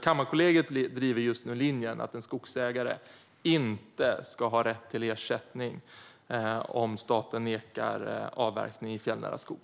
Kammarkollegiet driver nu linjen att en skogsägare inte ska ha rätt till ersättning om staten nekar avverkning i fjällnära skog.